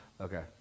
Okay